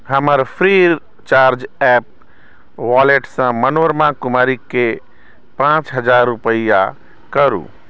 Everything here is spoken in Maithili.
हमर फ्री चार्ज एप वॉलेटसँ मनोरमा कुमारीके पांँच हजार रूपैआ करू